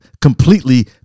completely